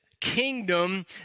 kingdom